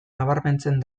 nabarmentzen